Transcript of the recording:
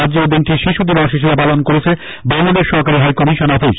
রাজ্যেও দিনটি শিশুদিবস হিসেবে পালন করছে বাংলাদেশ সহকারী হাই কমিশন অফিস